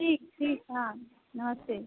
ठीक ठीक हाँ नमस्ते